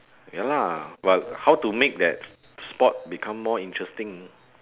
ya lah but how to make that sport become more interesting